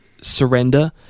surrender